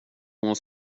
hon